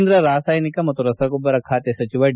ಕೇಂದ್ರ ರಾಸಾಯನಿಕ ಮತ್ತು ರಸಗೊಬ್ಬರ ಖಾತೆ ಸಚಿವ ಡಿ